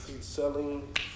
selling